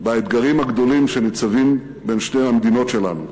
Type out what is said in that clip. באתגרים הגדולים שניצבים בין שתי המדינות שלנו,